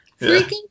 Freaking